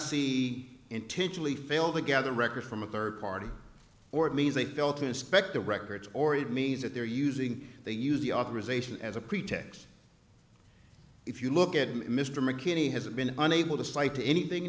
see intentionally fail to gather records from a third party or it means they felt inspect the records or it means that they're using they use the authorization as a pretext if you look at mr mckinney has it been unable to cite anything in